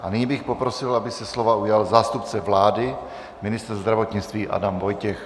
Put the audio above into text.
A nyní bych poprosil, aby se slova ujal zástupce vlády, ministr zdravotnictví Adam Vojtěch.